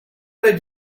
did